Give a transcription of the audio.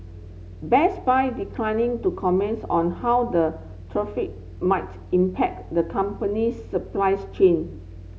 Best Buy declining to comments on how the tariff might impact the company's supply's chain